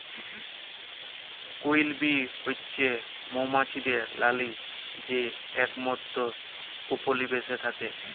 queen bee হছে মোমাছিদের রালী যে একমাত্তর উপলিবেশে থ্যাকে